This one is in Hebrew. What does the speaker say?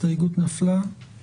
הצבעה הסתייגות 27